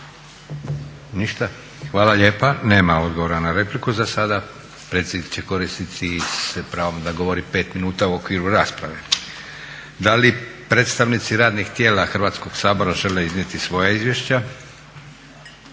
Ništa? Hvala lijepa. Nema odgovora na repliku za sada. Predsjednik će koristiti se pravom da govori 5 minuta u okviru rasprave. Da li predstavnici radnih tijela Hrvatskoga sabora žele iznijeti svoja izvješća?